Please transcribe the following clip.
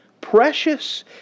precious